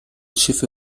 schiffe